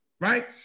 right